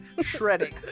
shredding